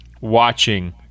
watching